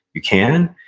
you can.